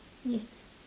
yes